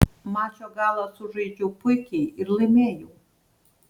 mačo galą sužaidžiau puikiai ir laimėjau